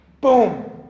boom